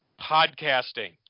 Podcasting